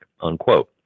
Unquote